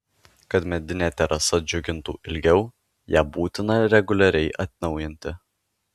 kad medinė terasa džiugintų ilgiau ją būtina reguliariai atnaujinti